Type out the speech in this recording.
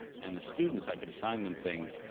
and the students, i could assign them things,